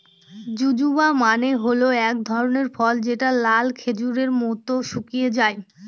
জুজুবা মানে হল এক ধরনের ফল যেটা লাল খেজুরের মত শুকিয়ে যায়